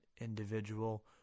individual